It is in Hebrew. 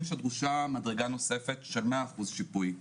שדרושה מדרגה אחת נוספת של מאה אחוז שיפוי.